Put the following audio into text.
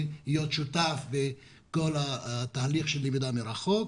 להיות שותף בכל התהליך של למידה מרחוק.